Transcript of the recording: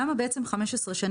למה 15 שנים?